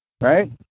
Right